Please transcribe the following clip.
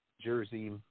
Jersey